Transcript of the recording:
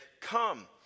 come